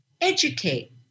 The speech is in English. educate